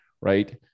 right